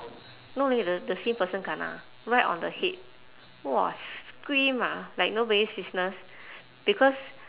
no leh the the same person kena right on the head !wah! scream ah like nobody's business because